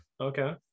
okay